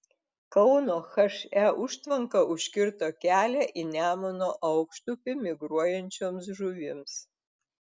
kauno he užtvanka užkirto kelią į nemuno aukštupį migruojančioms žuvims